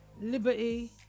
liberty